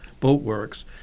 Boatworks